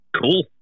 Cool